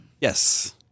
Yes